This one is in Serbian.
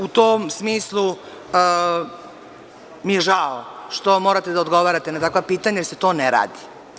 U tom smislu mi je žao što morate da odgovarate na takva pitanja jer se to ne radi.